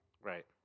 Right